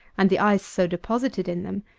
and the ice so deposited in them,